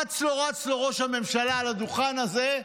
אץ לו רץ לו ראש הממשלה אל הדוכן הזה,